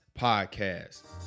podcast